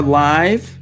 live